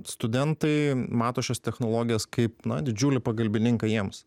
studentai mato šios technologijos kaip na didžiulį pagalbininką jiems